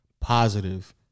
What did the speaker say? positive